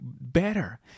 better